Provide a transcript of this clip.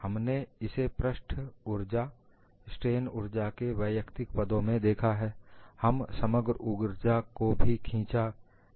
हमने इसे पृष्ट ऊर्जा स्ट्रेन ऊर्जा के वैयक्तिक पदों में देखा है तथा समग्र ऊर्जा को भी खींचा किया गया है